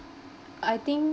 I think